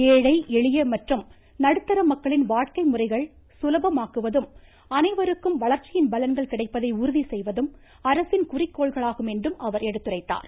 ஏழை எளிய மற்றும் நடுத்தர மக்களின் வாழ்க்கை முறைகள் சுலபமாக்குவதும் அனைவருக்கும் வளர்ச்சியின் பலன்கள் கிடைப்பதை உறுதி செய்வதும் அரசின் குறிக்கோள்களாகும் என்றும் அவர் எடுத்துரைத்தார்